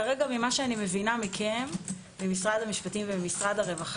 כרגע ממה שאני מבינה ממשרדי המשפטים והרווחה,